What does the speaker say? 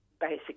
basic